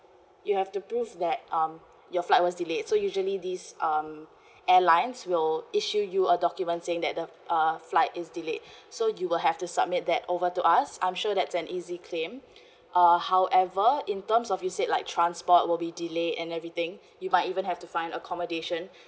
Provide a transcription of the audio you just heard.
you have to prove that um your flight was delayed so usually this um airlines will issue you a document saying that the uh flight is delayed so you will have to submit that over to us I'm sure that's an easy claim uh however in terms of you said like transport will be delayed and everything you might even have to find accommodation